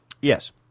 Yes